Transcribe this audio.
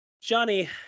Johnny